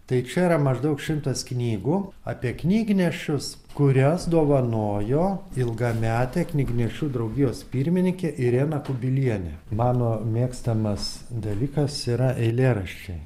tai čia yra maždaug šimtas knygų apie knygnešius kurias dovanojo ilgametė knygnešių draugijos pirmininkė irena kubilienė mano mėgstamas dalykas yra eilėraščiai